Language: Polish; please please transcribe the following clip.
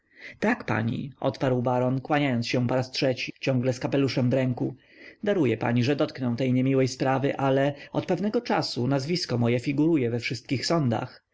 tak pani odparł baron kłaniając się poraz trzeci ciągle z kapeluszem w ręku daruje pani że dotknę tej niemiłej sprawy ale od pewnego czasu nazwisko moje figuruje we wszystkich sądach